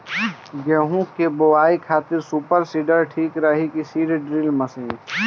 गेहूँ की बोआई खातिर सुपर सीडर ठीक रही की सीड ड्रिल मशीन?